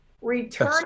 return